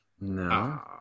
No